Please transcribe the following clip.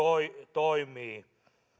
toimii